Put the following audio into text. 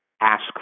ask